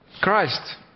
Christ